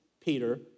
Peter